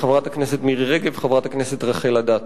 חברת הכנסת מירי רגב, חברת הכנסת רחל אדטו.